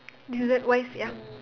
dessert wise ya